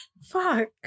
Fuck